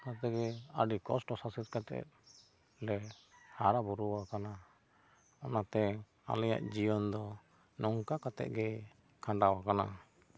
ᱠᱟᱛᱮ ᱜᱮ ᱟᱹᱰᱤ ᱠᱚᱥᱴᱚ ᱥᱟᱥᱮᱛ ᱠᱟᱛᱮᱜ ᱞᱮ ᱦᱟᱨᱟ ᱵᱩᱨᱩ ᱟᱠᱟᱱᱟ ᱚᱱᱟᱛᱮ ᱟᱞᱮᱭᱟᱜ ᱡᱤᱭᱚᱱ ᱫᱚ ᱱᱚᱝᱠᱟ ᱠᱟᱛᱮ ᱜᱮ ᱠᱷᱟᱸᱰᱟᱣ ᱟᱠᱟᱱᱟ